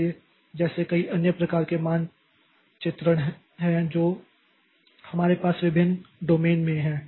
इसलिए जैसे कई अन्य प्रकार के मानचित्रण हैं जो हमारे पास विभिन्न डोमेन में हैं